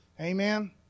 Amen